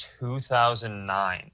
2009